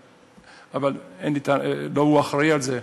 לא הוא אחראי על זה,